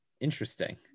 interesting